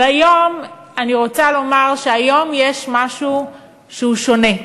אבל היום, אני רוצה לומר שהיום יש משהו שהוא שונה: